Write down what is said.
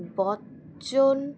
Bachchan